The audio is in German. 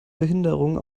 behinderungen